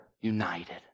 united